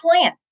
plan